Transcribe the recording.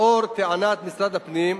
לאור טענת משרד הפנים,